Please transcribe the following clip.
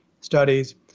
studies